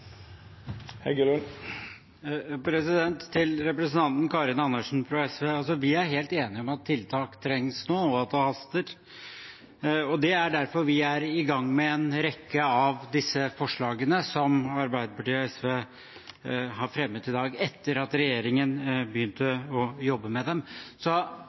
Til representanten Karin Andersen fra SV: Vi er helt enig i at tiltak trengs, og at det haster. Det er derfor vi er i gang med en rekke av disse forslagene som Arbeiderpartiet og SV har fremmet nå, etter at regjeringen begynte å jobbe med dem. Vi trenger felles løsninger, så